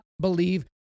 believe